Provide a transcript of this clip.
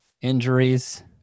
injuries